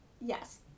Yes